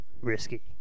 risky